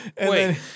Wait